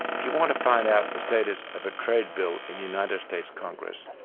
if you want to find out the status of a trade bill in the united states congress,